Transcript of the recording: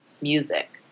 Music